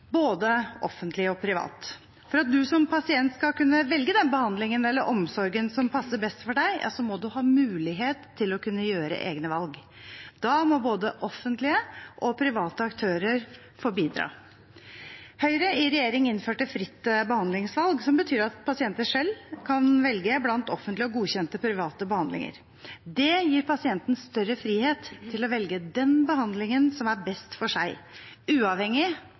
både offentlig og privat. For at du som pasient skal kunne velge den behandlingen eller omsorgen som passer best for deg, må du ha mulighet til å kunne gjøre egne valg. Da må både offentlige og private aktører få bidra. Høyre i regjering innførte fritt behandlingsvalg, som betyr at pasientene selv kan velge blant offentlige og godkjente private behandlinger. Det gir pasienten større frihet til å velge den behandlingen som er best for seg, uavhengig